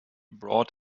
brought